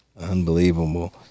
Unbelievable